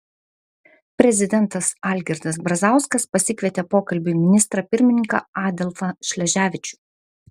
prezidentas algirdas brazauskas pasikvietė pokalbiui ministrą pirmininką adolfą šleževičių